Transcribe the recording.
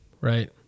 right